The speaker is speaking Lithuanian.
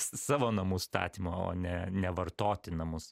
savo namų statymo o ne ne vartoti namus